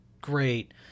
great